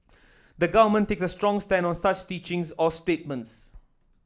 the Government takes a strong stand on such teachings or statements